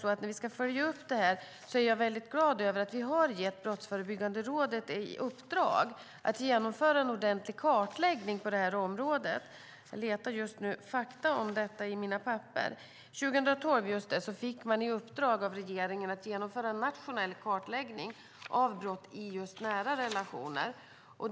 Undersökningen ska följas upp, och jag är glad över att vi har gett Brottsförebyggande rådet i uppdrag att genomföra en ordentlig kartläggning på området. Jag letar i detta ögonblick efter fakta om detta i mina papper. Just det: År 2012 fick man i uppdrag av regeringen att genomföra en nationell kartläggning av brott i nära relationer.